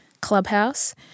Clubhouse